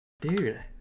Dude